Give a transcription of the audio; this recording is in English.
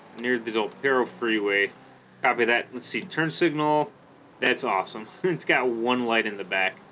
near the del piero freeway copy that let's see turn signal that's awesome it's got one light in the back